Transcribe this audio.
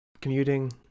commuting